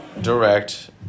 direct